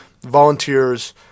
volunteers